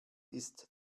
ist